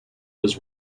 was